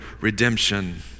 redemption